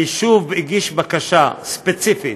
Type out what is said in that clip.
היישוב הגיש בקשה ספציפית